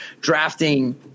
Drafting